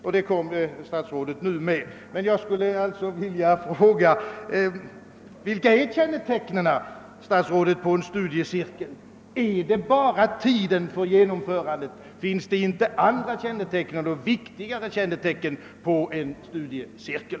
Jag skulle alltså vilja fråga statsrådet: Vilka är kännetecknen på en studiecirkel? är det bara tiden för genomförandet som är avgörande? Finns det inte andra och viktigare kännetecken på en studiecirkel?